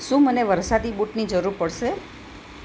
શું મને વરસાદી બૂટની જરૂર પડશે